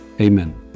Amen